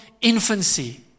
infancy